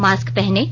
mask पहनें